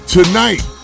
Tonight